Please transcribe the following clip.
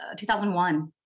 2001